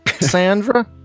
Sandra